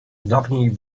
dawniej